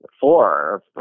four